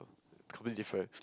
completely different